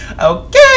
okay